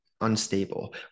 unstable